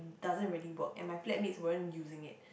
doesn't really work and my flatmates weren't using it